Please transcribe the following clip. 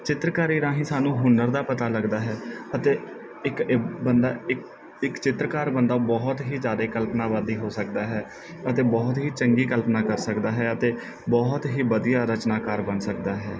ਚਿੱਤਰਕਾਰੀ ਰਾਹੀਂ ਸਾਨੂੰ ਹੁਨਰ ਦਾ ਪਤਾ ਲੱਗਦਾ ਹੈ ਅਤੇ ਇੱਕ ਏ ਬੰਦਾ ਇੱਕ ਇੱਕ ਚਿੱਤਰਕਾਰ ਬੰਦਾ ਬਹੁਤ ਹੀ ਜ਼ਿਆਦਾ ਕਲਪਨਾਵਾਦੀ ਹੋ ਸਕਦਾ ਹੈ ਅਤੇ ਬਹੁਤ ਹੀ ਚੰਗੀ ਕਲਪਨਾ ਕਰ ਸਕਦਾ ਹੈ ਅਤੇ ਬਹੁਤ ਹੀ ਵਧੀਆ ਰਚਨਾਕਾਰ ਬਣ ਸਕਦਾ ਹੈ